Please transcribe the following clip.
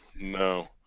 no